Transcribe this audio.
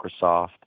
Microsoft